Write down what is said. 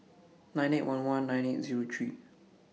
nine eight one one nine eight Zero three